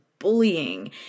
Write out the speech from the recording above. bullying